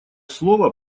слово